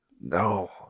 No